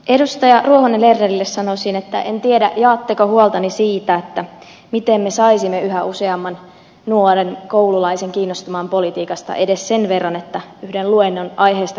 edustaja ruohonen lernerille sanoisin että en tiedä jaatteko huoltani siitä miten me saisimme yhä useamman nuoren koululaisen kiinnostumaan politiikasta edes sen verran että yhden luennon aiheesta kuuntelisivat